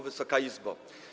Wysoka Izbo!